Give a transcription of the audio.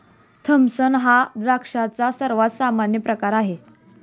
Thompson हा द्राक्षांचा सर्वात सामान्य प्रकार आहे